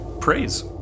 praise